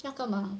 要干嘛